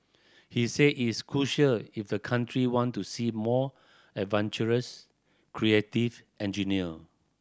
he say is crucial if the country want to see more adventurous creative engineer